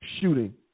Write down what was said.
shooting